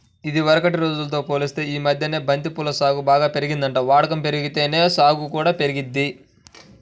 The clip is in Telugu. ఇదివరకటి రోజుల్తో పోలిత్తే యీ మద్దెన బంతి పూల సాగు బాగా పెరిగిందంట, వాడకం బెరిగితేనే సాగు కూడా పెరిగిద్ది